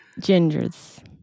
gingers